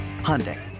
Hyundai